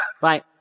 Bye